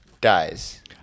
dies